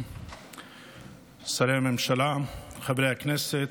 שרי הממשלה, חברי הכנסת,